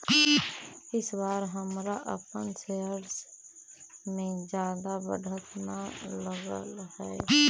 इस बार हमरा अपन शेयर्स में जादा बढ़त न लगअ हई